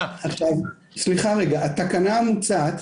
בתקנה המוצעת,